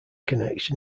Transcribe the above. connection